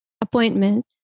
appointment